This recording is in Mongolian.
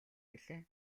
билээ